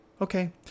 Okay